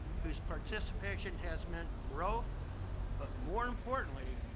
whose participation has meant growth but more importantly,